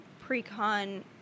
Pre-con